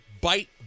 BITE